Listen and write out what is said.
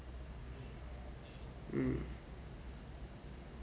mm